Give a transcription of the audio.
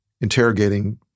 interrogating